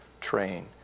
train